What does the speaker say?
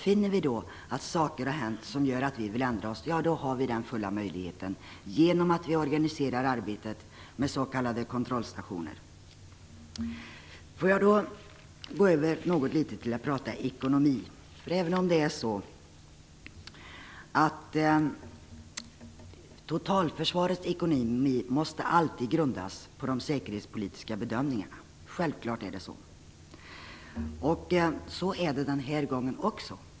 Finner vi att saker som gör att vi vill ändra oss har hänt, har vi den fulla möjligheten härtill genom att vi organiserar arbetet med s.k. kontrollstationer. Låt mig gå över till att något litet tala om ekonomi. Totalförsvarets ekonomi måste självklart alltid grundas på de säkerhetspolitiska bedömningarna, och så är det också den här gången.